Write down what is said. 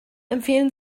empfehlen